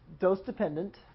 dose-dependent